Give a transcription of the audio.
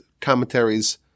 commentaries